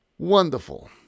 Wonderful